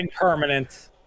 permanent